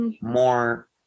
more